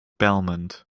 belmont